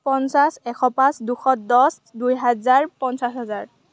পঞ্চাছ এশ পাঁচ দুশ দচ দুইহাজাৰ পঞ্চাছ হাজাৰ